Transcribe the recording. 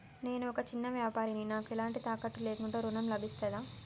నేను ఒక చిన్న వ్యాపారిని నాకు ఎలాంటి తాకట్టు లేకుండా ఋణం లభిస్తదా?